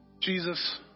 Jesus